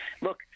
Look